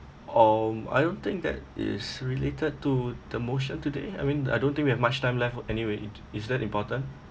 um I don't think that is related to the motion today I mean I don't think we have much time left anyway is that important